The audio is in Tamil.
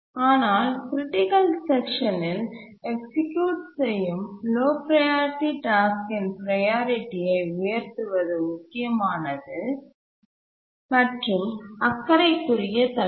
ஆனால் க்ரிட்டிக்கல் செக்ஷனில் எக்சிக்யூட் செய்யும் லோ ப்ரையாரிட்டி டாஸ்க்கின் ப்ரையாரிட்டியை உயர்த்துவது முக்கியமானது மற்றும் அக்கறைக்குரிய தலைப்பு